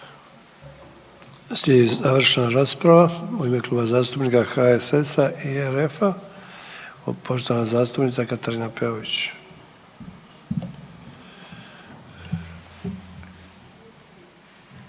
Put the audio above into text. Slijedeća završna rasprava u ime Kluba zastupnika HSS-a i RF-a, zastupnica Katarina Peović.